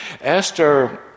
Esther